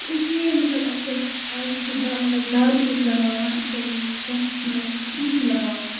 تہٕ اِسی لیے مطلب اَسہِ پَزِ آز چھِ د مَطلب دَارِ چھِ أسۍ لَگاوان اَسہِ پَزِ یِمَن پٮ۪ٹھ مطلب سُہ شیٖٹ ہیو لَگاوُن